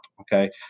Okay